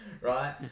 right